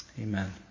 Amen